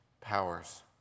powers